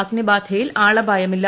അഗ്നി ബാധയിൽ ആളപായമില്ല